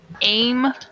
aim